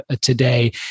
today